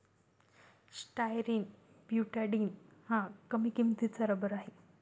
styrene butadiene हा कमी किंमतीचा रबर आहे